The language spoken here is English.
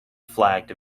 flagged